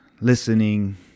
listening